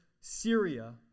Syria